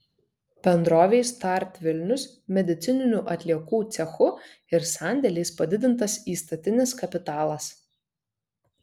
bendrovei start vilnius medicininių atliekų cechu ir sandėliais padidintas įstatinis kapitalas